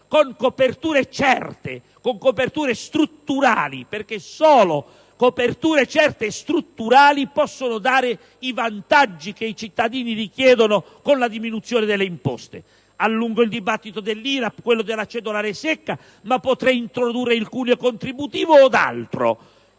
con coperture certe e strutturali, perché solo tali coperture possono dare i vantaggi che i cittadini richiedono con la diminuzione delle imposte. Alludo al dibattito sull'IRAP, a quello sulla cedolare secca, ma potrei citare anche il cuneo contributivo od altro.